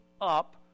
up